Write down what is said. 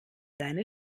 seine